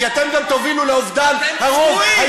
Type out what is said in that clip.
כי אתם גם תובילו לאובדן הרוב,